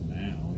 now